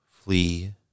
Flee